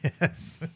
Yes